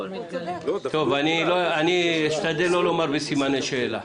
אני אשתדל לא לדבר בסימני שאלה,